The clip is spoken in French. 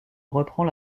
reprend